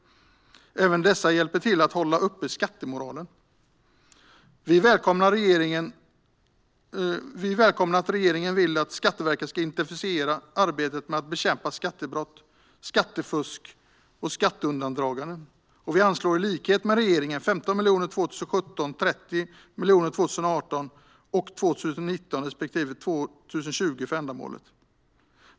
Även dessa hjälper till att hålla uppe skattemoralen. Vi välkomnar att regeringen vill att Skatteverket ska intensifiera arbetet med att bekämpa skattebrott, skattefusk och skatteundandragande. Vi anslår därför i likhet med regeringen 15 miljoner 2017 och 30 miljoner 2018, 2019 respektive 2020 för ändamålet.